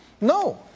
No